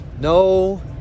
no